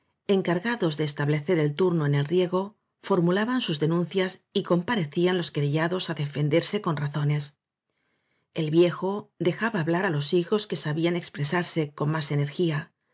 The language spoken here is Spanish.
encamados de establecer el turno en el rieeo formulaban sus denuncias y comparecían los querellados á defenderse con razones el viejo dejaba hablar á los hijos que sabían expresarse con más energía